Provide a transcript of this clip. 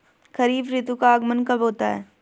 खरीफ ऋतु का आगमन कब होता है?